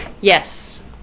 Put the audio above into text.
Yes